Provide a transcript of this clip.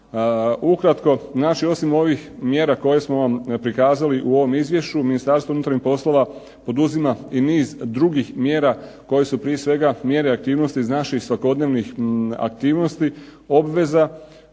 Ukratko, znači osim ovih mjera koje smo vam prikazali u ovom izvješću Ministarstvo unutarnjih poslova poduzima i niz drugih mjera koje su prije svega mjere aktivnosti iz naših svakodnevnih aktivnosti, obveza.